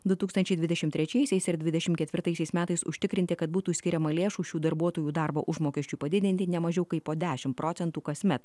du tūkstančiai dvidešim trečiaisiais ir dvidešim ketvirtaisiais metais užtikrinti kad būtų skiriama lėšų šių darbuotojų darbo užmokesčiui padidinti ne mažiau kaip po dešim procentų kasmet